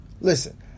Listen